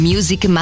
Music